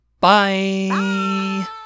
bye